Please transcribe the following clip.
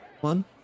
One